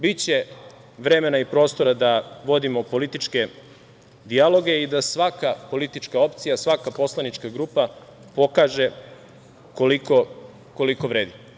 Biće vremena i prostora da vodimo političke dijaloge i da svaka politička opcija, svaka poslanička grupa pokaže koliko vredi.